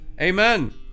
Amen